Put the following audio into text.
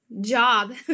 job